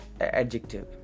adjective